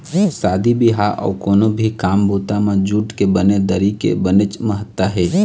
शादी बिहाव अउ कोनो भी काम बूता म जूट के बने दरी के बनेच महत्ता हे